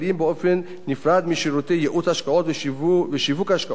נפרד משירותי ייעוץ השקעות ושיווק השקעות רגילים.